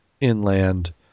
inland